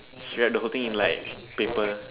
she wrapped the whole thing in like paper